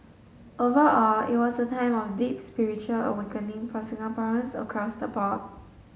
overall it was a time of deep spiritual awakening for Singaporeans across the board